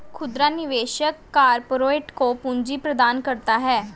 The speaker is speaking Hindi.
खुदरा निवेशक कारपोरेट को पूंजी प्रदान करता है